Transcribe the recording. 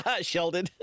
Sheldon